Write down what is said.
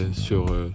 sur